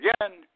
again